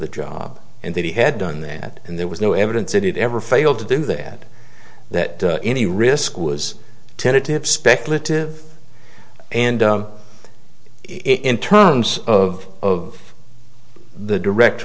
the job and that he had done that and there was no evidence that it ever failed to do that that any risk was tentative speculative and in terms of of the direct